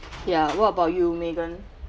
ya what about you megan